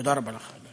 תודה רבה לך.